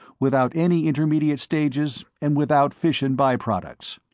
without any intermediate stages and without fission by-products.